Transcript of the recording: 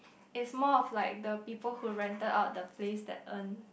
is more of like the people who rented out the place that earn